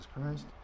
christ